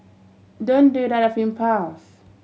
don't do out of impulse